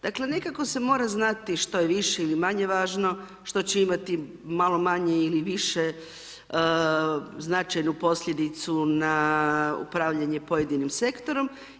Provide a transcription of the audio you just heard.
Dakle, nekako se mora znati što je više ili manje važno, što će imati malo manje ili više značajnu posljedicu na upravljanje pojedinim sektorom.